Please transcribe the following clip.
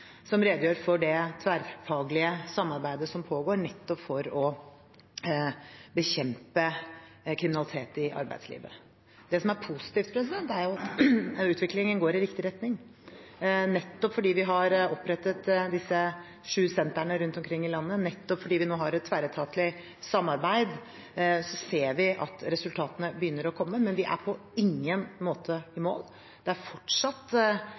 som redegjorde for det tverrfaglige samarbeidet som pågår nettopp for å bekjempe kriminalitet i arbeidslivet. Det som er positivt, er at utviklingen går i riktig retning. Nettopp fordi vi har opprettet disse sju sentrene rundt omkring i landet, og nettopp fordi vi nå har et tverretatlig samarbeid, ser vi at resultatene begynner å komme, men vi er på ingen måte i mål. Det er fortsatt